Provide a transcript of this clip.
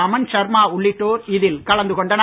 அமன் ஷர்மா உள்ளிட்டோர் இதில் கலந்து கொண்டனர்